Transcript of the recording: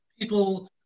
People